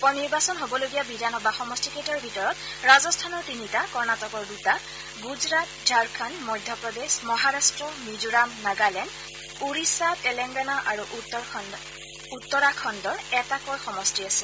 উপ নিৰ্বাচন হ'বলগীয়া বিধানসভা সমষ্টিকেইটাৰ ভিতৰত ৰাজস্থানৰ তিনিটা কৰ্ণাটকৰ দুটা গুজৰাট ঝাৰখণ্ড মধ্যপ্ৰদেশ মহাৰাট্ট মিজোৰাম নগালেণ্ড ওড়িশা তেলেংগানা আৰু উত্তৰখণ্ডৰ এটাকৈ সমষ্টি আছে